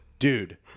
Dude